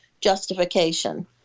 justification